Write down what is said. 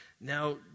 Now